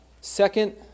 Second